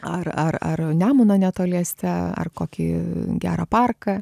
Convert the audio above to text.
ar ar ar nemuną netoliese ar kokį gerą parką